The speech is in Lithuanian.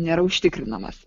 nėra užtikrinamas